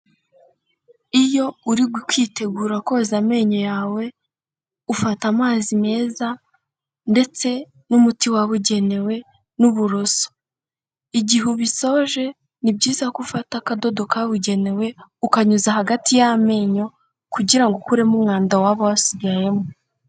Iyo uri kwitegura koza amenyo yawe, ufata amazi meza ndetse n'umuti wabugenewe n'uburoso. Igihe ubisoje, ni byiza ko ufata akadodo kawugenewe, ukanyuza hagati y'amenyo kugira ngo ukuremo umwanda waba wasigayemo.